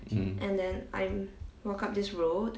mmhmm